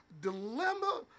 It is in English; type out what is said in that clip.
dilemma